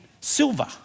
silver